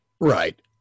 right